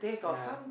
ya